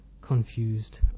confused